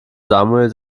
samuel